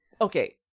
Okay